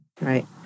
Right